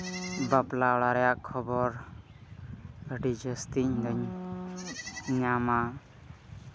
ᱵᱟᱯᱞᱟ ᱚᱲᱟᱜ ᱨᱮᱭᱟᱜ ᱠᱷᱚᱵᱚᱨ ᱟᱹᱰᱤ ᱡᱟᱹᱥᱛᱤ ᱤᱧᱫᱚᱧ ᱧᱟᱢᱟ